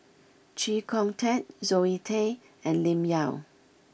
Chee Kong Tet Zoe Tay and Lim Yau